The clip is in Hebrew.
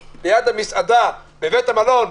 ולידו בית מלון,